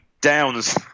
Downs